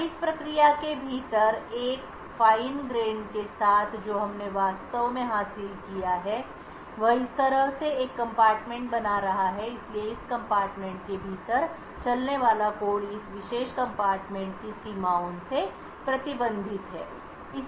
अब इस प्रक्रिया के भीतर एक महीन दाने फाइन ग्रैंड के साथ जो हमने वास्तव में हासिल किया है वह इस तरह से एक कम्पार्टमेंट बना रहा है इसलिए इस कंपार्टमेंट के भीतर चलने वाला कोड इस विशेष कंपार्टमेंट की सीमाओं से प्रतिबंधित है